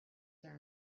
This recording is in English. their